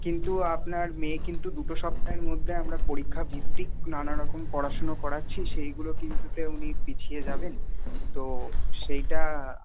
কিন্তু আপনার মেয়ে কিন্তু দুটো সপ্তাহের মধ্যে আমরা পরীক্ষাভিত্তিক নানারকম পড়াশুনো করাচ্ছি সেইগুলো কিন্তুতে উনি পিছিয়ে যাবেন তো সেইটা